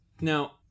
now